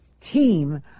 team